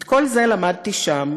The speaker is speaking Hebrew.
את כל זה למדתי שם,